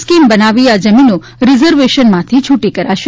scheme બનાવી આ જમીનો રિઝર્વેશનમાંથી છુટી કરાશે